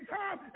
time